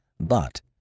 but